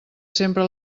sempre